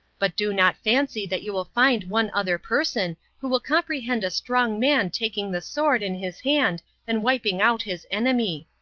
but do not fancy that you will find one other person who will comprehend a strong man taking the sword in his hand and wiping out his enemy.